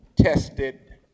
tested